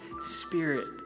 Spirit